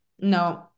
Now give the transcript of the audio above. No